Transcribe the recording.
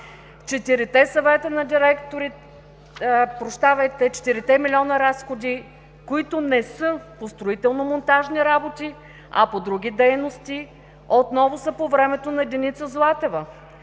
Четирите милиона разходи, които не са по строително-монтажни работи, а по други дейности, отново са по времето на Деница Златева.